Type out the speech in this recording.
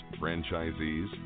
franchisees